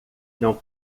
não